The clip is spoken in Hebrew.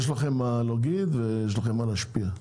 יש לכם מה לומר ויש לכם איך להשפיע.